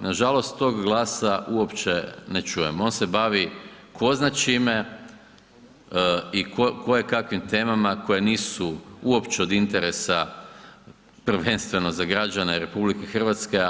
Nažalost tog glasa uopće ne čujem, on se bavi ko zna čime i koje kakvim temama koje nisu uopće od interesa prvenstveno za građane RH,